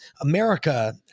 America